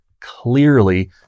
clearly